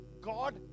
God